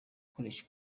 gukoresha